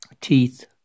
teeth